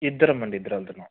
ఇద్దరమండి ఇద్దరెళ్తున్నాము